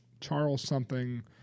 Charles-something